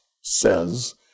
says